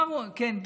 כן,